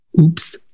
Oops